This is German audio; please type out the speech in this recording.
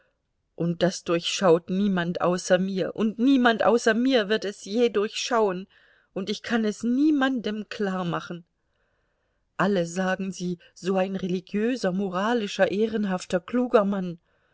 und das durchschaut niemand außer mir und niemand außer mir wird es je durchschauen und ich kann es niemandem klarmachen alle sagen sie so ein religiöser moralischer ehrenhafter kluger mann